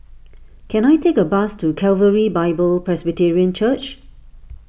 can I take a bus to Calvary Bible Presbyterian Church